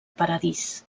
paradís